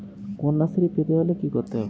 কন্যাশ্রী পেতে হলে কি করতে হবে?